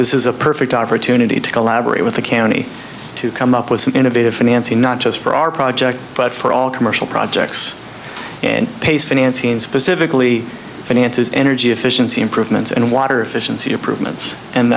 this is a perfect opportunity to collaborate with the county to come up with some innovative financing not just for our project but for all commercial projects and pace financing specifically finances energy efficiency improvements in water efficiency